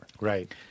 Right